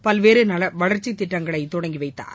பல்வேறு வளர்ச்சித் திட்டங்களை தொடங்கி வைத்தார்